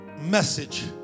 message